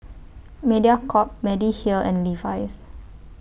Mediacorp Mediheal and Levi's